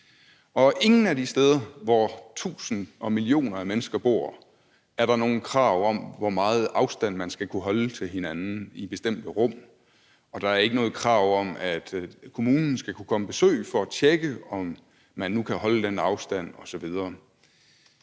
Og ingen af de steder, hvor tusinder, millioner af mennesker bor, er der nogen krav om, hvor meget afstand man skal kunne holde til hinanden i bestemte rum, og der er ikke noget krav om, at kommunen skal kunne komme på besøg for at tjekke, om man nu kan holde den afstand osv.